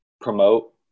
promote